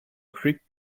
greek